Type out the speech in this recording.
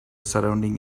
surroundings